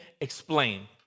explain